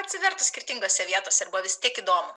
atsivertus skirtingose vietose arba vis tiek įdomu